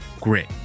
grit